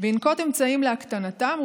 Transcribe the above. וינקוט אמצעים להקטנתם,